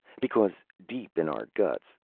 because, deep in our guts,